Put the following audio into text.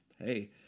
hey